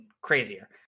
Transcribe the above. crazier